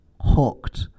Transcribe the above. hooked